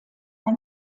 ein